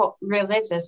religious